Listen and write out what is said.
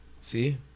see